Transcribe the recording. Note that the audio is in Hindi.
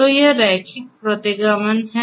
तो यह रैखिक प्रतिगमन है